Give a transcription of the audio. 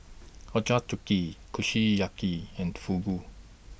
Ochazuke Kushiyaki and Fugu